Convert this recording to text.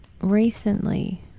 recently